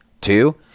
Two